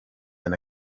than